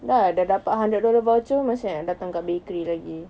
dah lah dah dapat hundred dollar voucher pun masih nak datang dekat bakery lagi